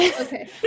Okay